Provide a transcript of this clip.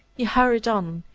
he hurried on,